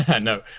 no